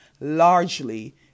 largely